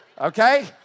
okay